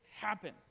happen